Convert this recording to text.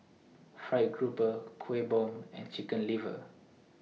Fried Grouper Kueh Bom and Chicken Liver